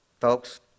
folks